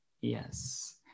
Yes